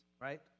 right